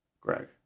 Greg